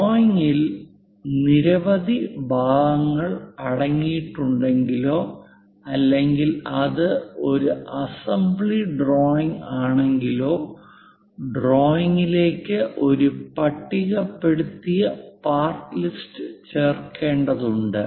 ഡ്രോയിംഗിൽ നിരവധി ഭാഗങ്ങൾ അടങ്ങിയിട്ടുണ്ടെങ്കിലോ അല്ലെങ്കിൽ അത് ഒരു അസംബ്ലി ഡ്രോയിംഗ് ആണെങ്കിലോ ഡ്രോയിംഗിലേക്ക് ഒരു പട്ടികപ്പെടുത്തിയ പാർട്ട് ലിസ്റ്റ് ചേർക്കേണതുണ്ട്